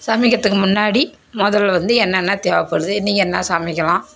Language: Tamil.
சமைக்கறதுக்கு முன்னாடி முதல்ல வந்து என்னென்ன தேவைப்படுது இன்றைக்கி என்ன சமைக்கலாம்